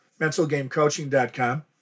mentalgamecoaching.com